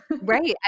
Right